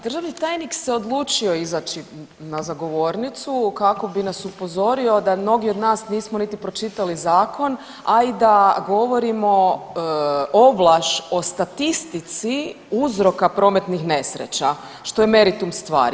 Državni tajnik se odlučio izaći za govornicu kako bi nas upozorio da mnogi od nas nismo niti pročitali zakon, a i da govorimo ovlaš o statistici uzroka prometnih nesreća što je meritum stvari.